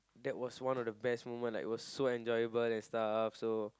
that was one of the best moment like it was so enjoyable and stuff so